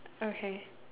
okay